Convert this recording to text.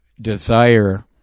desire